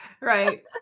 Right